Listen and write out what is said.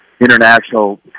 International